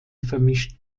vermischt